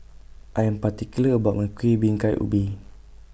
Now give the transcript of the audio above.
I Am particular about My Kueh Bingka Ubi